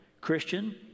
Christian